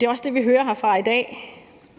Det er også det, vi hører her i dag.